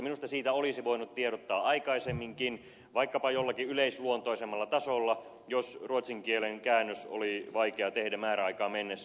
minusta siitä olisi voinut tiedottaa aikaisemminkin vaikkapa jollakin yleisluontoisemmalla tasolla jos ruotsin kielen käännös oli vaikea tehdä määräaikaan mennessä